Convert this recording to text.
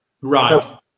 Right